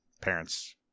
parents